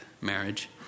marriage